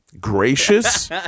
gracious